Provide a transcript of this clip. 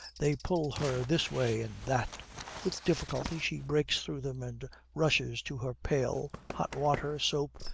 they pull her this way and that with difficulty she breaks through them and rushes to her pail, hot water, soap,